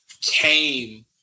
came